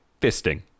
Fisting